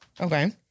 Okay